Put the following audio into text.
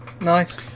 Nice